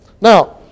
Now